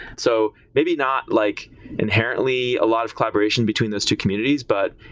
so maybe not like inherently a lot of collaboration between those two communities. but,